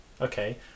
okay